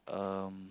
um